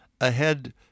ahead